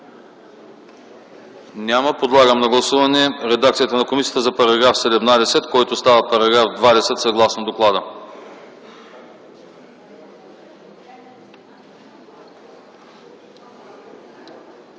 Няма. Подлагам на гласуване редакцията на комисията за § 22, който става § 25, съгласно доклада.